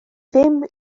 ddim